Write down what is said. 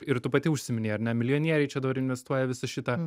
ir tu pati užsiminei ar ne milijonieriai čia dabar investuoja į visą šitą